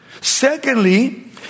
Secondly